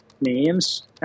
names